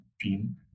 team